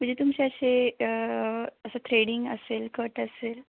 म्हणजे तुमचे असे असं थ्रेडींग असेल कट असेल